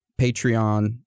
Patreon